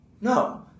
no